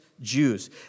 Jews